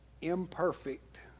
imperfect